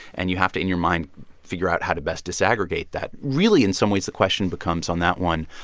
and you have to in your mind figure out how to best to disaggregate that really, in some ways, the question becomes on that one,